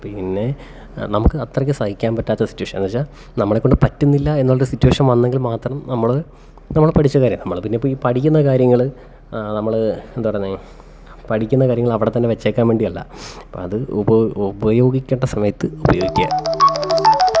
പിന്നെ നമുക്ക് അത്രക്കു സഹിക്കാൻ പറ്റാത്ത സിറ്റുവേഷൻ എന്നുവെച്ചാൽ നമ്മളേക്കൊണ്ട് പറ്റുന്നില്ല എന്നുള്ളൊരു സിറ്റുവേഷൻ വന്നെങ്കിൽ മാത്രം നമ്മൾ നമ്മൾ പഠിച്ച കാര്യ നമ്മളിപ്പം ഈ പഠിക്കുന്ന കാര്യങ്ങൾ നമ്മൾ എന്താ പറയണെ പഠിക്കുന്ന കാര്യങ്ങളവിടെത്തന്നെ വെച്ചേക്കാൻ വേണ്ടിയല്ല അപ്പം അത് ഉപയോഗിക്കേണ്ട സമയത്ത് ഉപയോഗിക്കുക